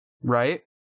right